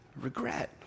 regret